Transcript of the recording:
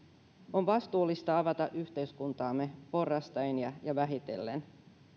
on vastuullista avata yhteiskuntaamme porrastaen ja ja vähitellen